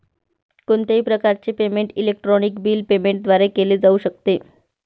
कोणत्याही प्रकारचे payment electronic bill payment द्वारे केले जाऊ शकते